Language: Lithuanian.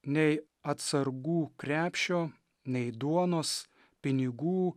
nei atsargų krepšio nei duonos pinigų